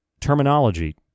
terminology